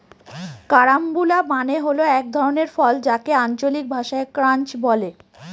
carambola মানে হল এক ধরনের ফল যাকে আঞ্চলিক ভাষায় ক্রাঞ্চ বলে